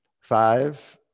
Five